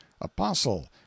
apostle